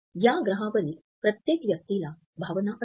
या ग्रहावरील प्रत्येक व्यक्तीला भावना असते